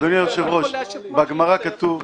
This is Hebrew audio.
אדוני היושב-ראש, בגמרא כתוב.